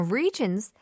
regions